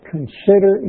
Consider